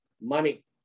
money